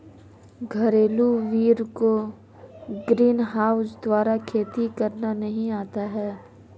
रघुवीर को ग्रीनहाउस द्वारा खेती करना नहीं आता है